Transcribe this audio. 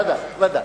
ודאי, ודאי,